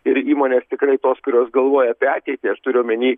ir įmonės tikrai tos kurios galvoja apie ateitį aš turiu omeny